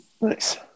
Nice